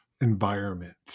environment